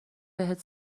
بهت